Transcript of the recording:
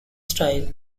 style